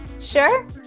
Sure